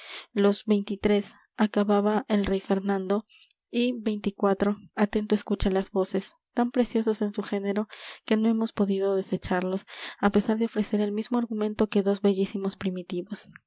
los veintitrés acababa el rey fernando y veinticuatro atento escucha las voces tan preciosos en su género que no hemos podido desecharlos á pesar de ofrecer el mismo argumento que dos bellísimos primitivos